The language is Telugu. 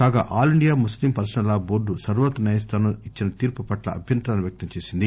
కాగా all India Muslim personal law board సర్వోన్నత న్యాయస్థానం ఇచ్చిన తీర్పు పట్ల అభ్యంతరాలను వ్యక్తంచేసింది